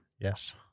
Yes